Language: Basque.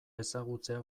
ezagutzea